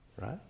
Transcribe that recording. right